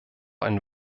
ein